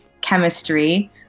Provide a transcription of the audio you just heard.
chemistry